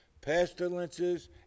pestilences